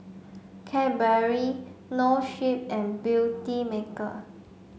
Cadbury Noa Sleep and Beautymaker